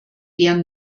deren